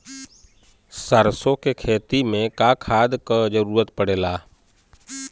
सरसो के खेती में का खाद क जरूरत पड़ेला?